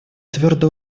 твердо